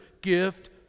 Gift